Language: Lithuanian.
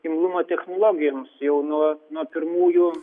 imlumą technologijoms jau nuo nuo pirmųjų